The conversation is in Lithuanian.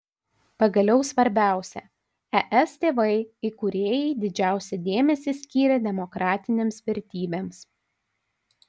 pagaliau svarbiausia es tėvai įkūrėjai didžiausią dėmesį skyrė demokratinėms vertybėms